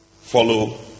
follow